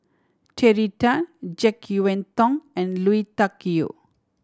Terry Tan Jek Yeun Thong and Lui Tuck Yew